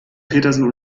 petersen